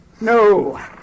No